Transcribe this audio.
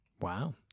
Wow